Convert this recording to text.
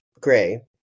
gray